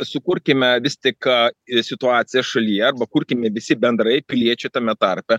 sukurkime vis tik ką situaciją šalyje arba kurkime visi bendrai piliečiai tame tarpe